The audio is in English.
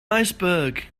iceberg